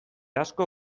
asko